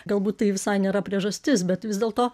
galbūt tai visai nėra priežastis bet vis dėlto